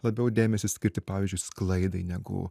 labiau dėmesį skirti pavyzdžiui sklaidai negu